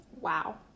Wow